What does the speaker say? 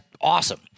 awesome